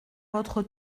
votre